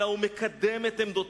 אלא הוא מקדם את עמדותיו,